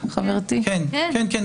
כן.